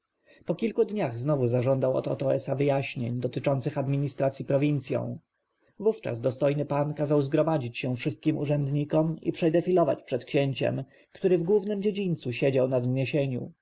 po kilku dniach znowu zażądał od otoesa wyjaśnień dotyczących administracji prowincją wówczas dostojny pan kazał zgromadzić się wszystkim urzędnikom i przedefilować przed księciem który w głównym dziedzińcu siedział na wzniesieniu